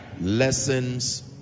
lessons